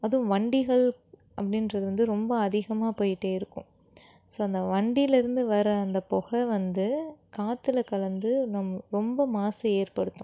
அதுவும் வண்டிகள் அப்படின்றது வந்து ரொம்ப அதிகமாக போயிகிட்டே இருக்கும் ஸோ அந்த வண்டியில் இருந்து வர்ற அந்த பொகை வந்து காற்றுல கலந்து ரொம்ப மாசை ஏற்படுத்தும்